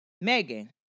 Megan